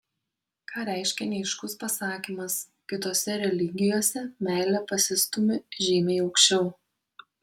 ką reiškia neaiškus pasakymas kitose religijose meilė pasistūmi žymiai aukščiau